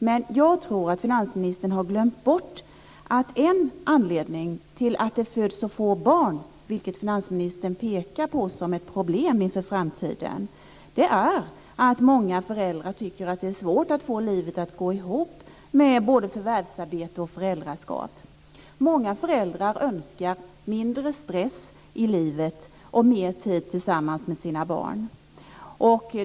Men jag tror att finansministern har glömt bort att en anledning till att det föds så få barn, vilket finansministern pekar på som ett problem inför framtiden, är att många föräldrar tycker att det är svårt att få livet att gå ihop med både förvärvsarbete och föräldraskap. Många föräldrar önskar mindre stress i livet och mer tid tillsammans med sina barn.